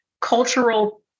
cultural